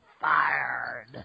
fired